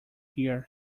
here